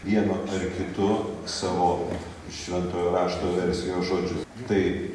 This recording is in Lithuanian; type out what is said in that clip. vieno ar kitu savo šventojo rašto versijoj žodžius tai